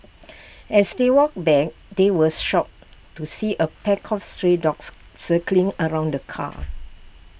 as they walked back they was shocked to see A pack of stray dogs circling around the car